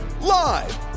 Live